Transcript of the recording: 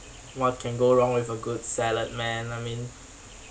what can go wrong with a good salad man I mean